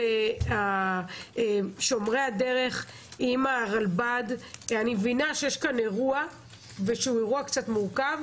לעניין שומרי הדרך עם הרלב"ד - אני מבינה שיש כאן אירוע קצת מורכב,